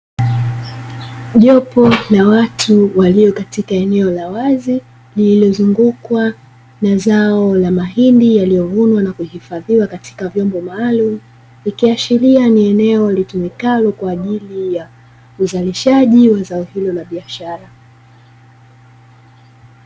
Jopo la watu walio katika eneo la wazi lililozungukwa na zao la mahindi yaliyovunwa na kuhifadhiwa katika vyombo maalum, likiashiria ni eneo walitumikalo kwa ajili ya kuzalishaji wa zao hilo na biashara.